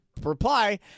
reply